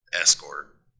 escort